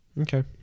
Okay